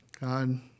God